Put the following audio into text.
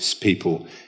people